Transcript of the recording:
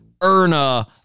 Erna